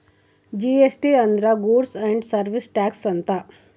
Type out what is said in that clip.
GST ಅಂದ್ರ goods and service tax ಅಂತ